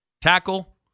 Tackle